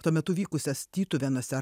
tuo metu vykusias tytuvėnuose